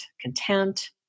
content